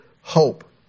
hope